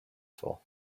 for